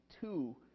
two